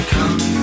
Come